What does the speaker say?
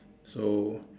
so